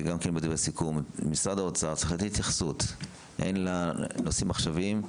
משרד האוצר צריך לתת התייחסות הן לנושאים עכשוויים,